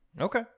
Okay